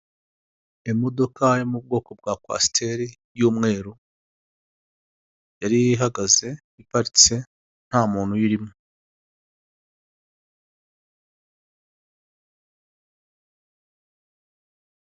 Imodoka yo mu bwoko bwa kwasiteri y'umweru yari ihagaze iparitse nta muntu uyirimo.